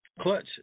Clutch